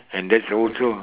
and that's also